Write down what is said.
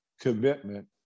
commitment